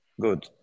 good